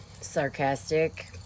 sarcastic